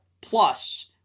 plus